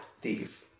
thief